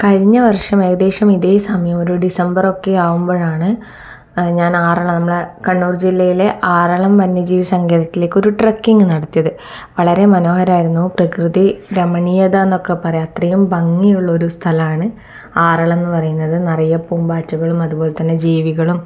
കഴിഞ്ഞ വർഷം ഏകദേശം ഇതേ സമയം ഒരു ഡിസംബർ ഒക്കെ ആകുമ്പോഴാണ് ഞാൻ ആറള നമ്മുടെ കണ്ണൂർ ജില്ലയിലെ ആറളം വന്യജീവി സങ്കേതത്തിലേക്ക് ഒരു ട്രക്കിങ്ങ് നടത്തിയത് വളരെ മനോഹരമായിരുന്നു പ്രകൃതി രമണീയത എന്നൊക്കെ പറയാം അത്രയും ഭംഗിയുള്ള ഒരു സ്ഥലമാണ് ആറളം എന്ന് പറയുന്നത് നിറയെ പൂമ്പാറ്റകളും അതുപോലെ തന്നെ ജീവികളും